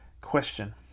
question